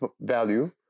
value